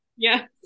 Yes